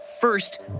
First